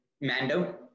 Mando